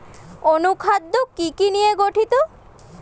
অনুখাদ্য কি কি নিয়ে গঠিত?